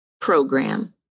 Program